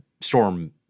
Storm